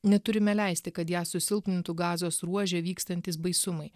neturime leisti kad ją susilpnintų gazos ruože vykstantys baisumai